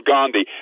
Gandhi